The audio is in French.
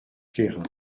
plérin